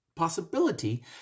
possibility